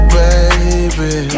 baby